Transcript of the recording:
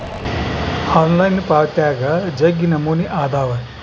online ಪಾವಾತ್ಯಾಗ ಜಗ್ಗಿ ನಮೂನೆ ಅದಾವ